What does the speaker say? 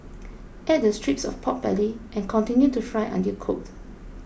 add the strips of pork belly and continue to fry until cooked